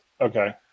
Okay